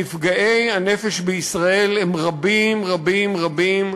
נפגעי הנפש בישראל הם רבים רבים רבים.